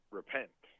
repent